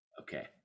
Okay